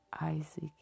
Isaac